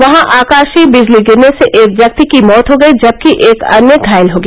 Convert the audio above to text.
वहां आकाषीय बिजली गिरने से एक व्यक्ति की मौत हो गयी जबकि एक अन्य घायल हो गया